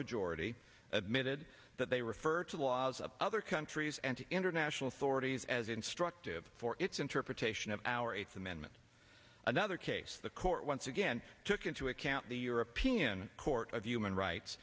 majority admitted that they refer to the laws of other countries and international stories as instructive for its interpretation of our eighth amendment another case the court once again took into account the european court of human rights